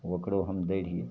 ओकरो हम दै रहिए